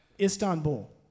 Istanbul